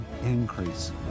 increase